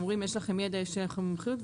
אומרים שיש לכם ידע ויש לכם מומחיות,